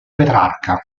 petrarca